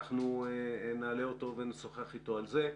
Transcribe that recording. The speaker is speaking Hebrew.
אנחנו נעלה אותו ונשוחח אתו על זה.